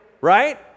right